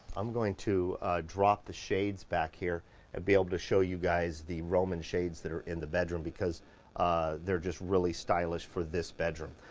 i'm going to drop the shades back here and ah be able to show you guys the roman shades that are in the bedroom because they're just really stylish for this bedroom.